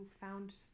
found